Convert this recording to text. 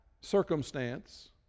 circumstance